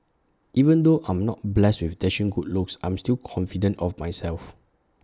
even though I'm not blessed with dashing good looks I am still confident of myself